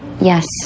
Yes